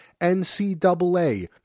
ncaa